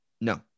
No